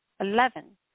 Eleven